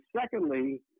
secondly